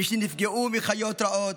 מי שנפגעו מחיות רעות,